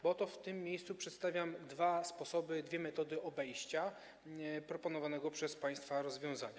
Bo oto w tym miejscu przedstawiam dwa sposoby, dwie metody obejścia proponowanego przez państwa rozwiązania.